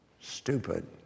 stupid